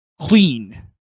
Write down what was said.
clean